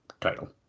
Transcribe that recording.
title